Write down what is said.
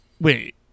wait